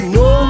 no